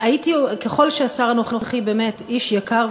ככל שהשר הנוכחי באמת איש יקר,